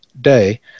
day